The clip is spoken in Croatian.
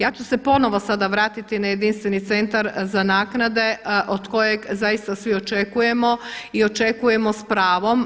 Ja ću se ponovo sada vratiti na jedinstveni centar za naknade od kojeg zaista svi očekujemo i očekujemo s pravom.